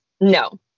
no